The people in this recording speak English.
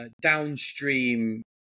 downstream